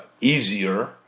easier